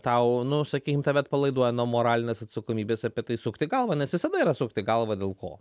tau nu sakykim tave atpalaiduoja nuo moralinės atsakomybės apie tai sukti galvą nes visada yra sukti galvą dėl ko